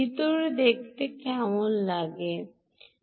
ভিতরে দেখতে কেমন লাগে ভিতরে